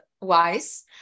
wise